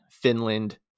finland